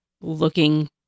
looking